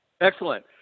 Excellent